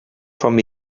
from